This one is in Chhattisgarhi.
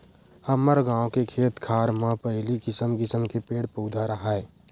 हमर गाँव के खेत खार म पहिली किसम किसम के पेड़ पउधा राहय